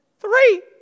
three